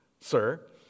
sir